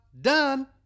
done